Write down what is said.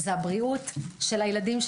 זה הבריאות של הילדים שלכם.